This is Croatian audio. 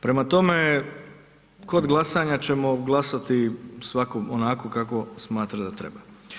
Prema tome, kod glasanja ćemo glasati svako onako kako smatra da treba.